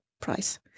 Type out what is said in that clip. price